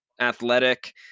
Athletic